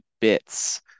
bits